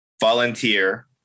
volunteer